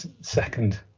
second